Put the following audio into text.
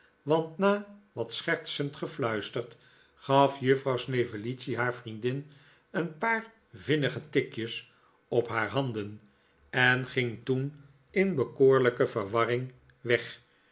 want na wat schertsend gefluister gaf juffrouw snevellicci haar vriendin een paar vinnige tikjes op haar handen en ging toen in bekoorlijke verwarring weg